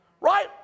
Right